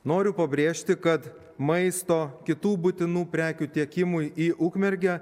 noriu pabrėžti kad maisto kitų būtinų prekių tiekimui į ukmergę